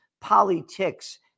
politics